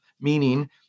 meaning